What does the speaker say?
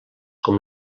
com